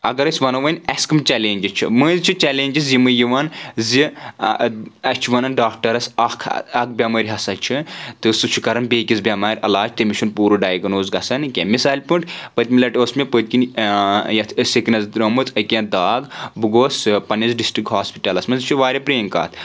اگر أسۍ ونو وۄنۍ اسہِ کم چیلینجز چھِ مٔنٛزۍ چھِ چیلینجز یِمٕے یِوان زِ اسہِ چھُ ونان ڈاکٹرس اکھ اکھ بؠمٲرۍ ہسا چھِ تہٕ سُہ چھُ کرَان بیٚیہِ کِس بؠمارِ علاج تٔمِس چھُنہٕ پوٗرٕ ڈایگنوز گژھان کینٛہہ مِثالِ پٲٹھۍ پٔتمہِ لٹہِ اوس مےٚ پٔتۍ کِنۍ یَتھ أسۍ سِکنَس درٛومُت أکؠن داگ بہٕ گوُس پَنٛنِس ڈِسٹِرک ہاسپِٹلَس منٛز یہِ چھُ واریاہ پرٛٲنۍ کَتھ